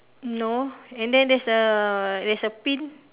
no and then there's a there's a pin